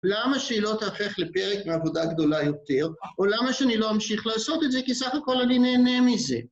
למה שהיא לא תהפך לפרק מעבודה גדולה יותר, או למה שאני לא אמשיך לעשות את זה, כי סך הכול אני נהנה מזה.